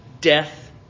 death